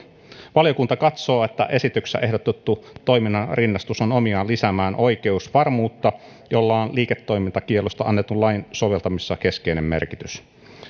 valiokunta katsoo että esityksessä ehdotettu toimintojen rinnastus on omiaan lisäämään oikeusvarmuutta jolla on liiketoimintakiellosta annetun lain soveltamisessa keskeinen merkitys